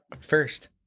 first